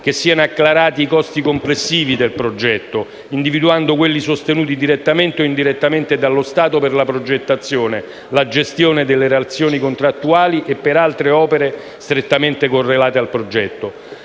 che siano acclarati i costi complessivi del progetto, individuando quelli sostenuti direttamente o indirettamente dallo Stato per la progettazione, la gestione delle relazioni contrattuali e per altre opere strettamente correlate al progetto.